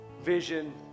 vision